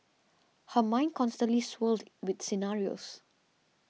her mind constantly swirled with scenarios